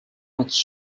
much